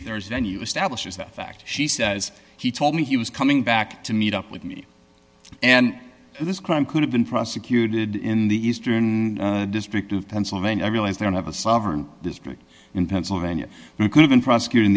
if there's any you establishes that fact she says he told me he was coming back to meet up with me and this crime could have been prosecuted in the eastern district of pennsylvania i realize they don't have a sovereign in pennsylvania who could have been prosecuting